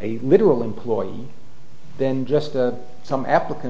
be a literal employee then just some applican